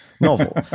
novel